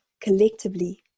collectively